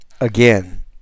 again